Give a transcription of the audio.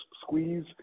squeeze